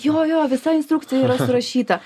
jo jo visa instrukcija yra surašyta